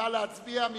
נא להצביע.